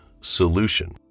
solution